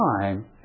time